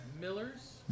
Millers